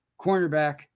cornerback